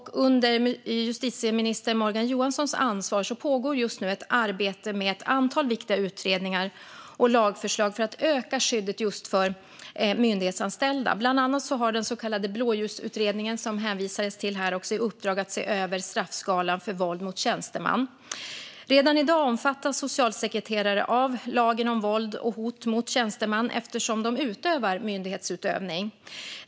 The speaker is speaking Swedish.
Under justitieminister Morgan Johanssons ansvar pågår just nu ett arbete med ett antal viktiga utredningar och lagförslag för att öka skyddet för just myndighetsanställda. Bland annat har den så kallade Blåljusutredningen, som det hänvisades till, i uppdrag att se över straffskalan när det gäller våld mot tjänsteman. Redan i dag omfattas socialsekreterare av lagen om våld och hot mot tjänsteman eftersom de ägnar sig åt myndighetsutövning.